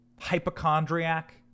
hypochondriac